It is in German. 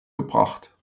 gebracht